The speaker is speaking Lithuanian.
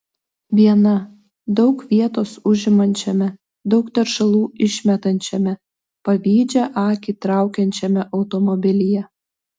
viena daug vietos užimančiame daug teršalų išmetančiame pavydžią akį traukiančiame automobilyje